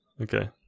Okay